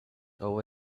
over